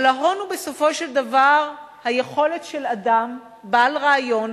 אבל ההון הוא בסופו של דבר היכולת של אדם בעל רעיון,